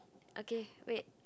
okay wait